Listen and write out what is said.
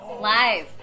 Live